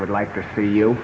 would like to see you